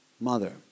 mother